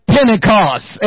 Pentecost